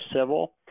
civil